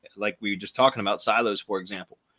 like, we were just talking about silos, for example,